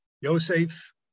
Yosef